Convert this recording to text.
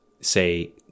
say